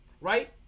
right